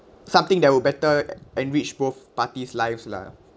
something that would better enrich both parties' lives lah